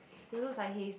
he looks like his